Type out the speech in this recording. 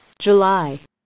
July